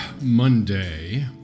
Monday